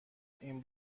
این